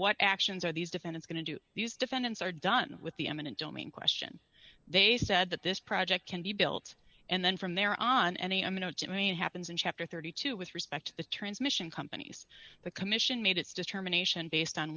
what actions are these defense going to do these defendants are done with the eminent domain question they said that this project can be built and then from there on any of you know to me it happens in chapter thirty two with respect to the transmission companies the commission made its determination based on